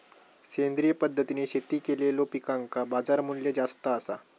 सेंद्रिय पद्धतीने शेती केलेलो पिकांका बाजारमूल्य जास्त आसा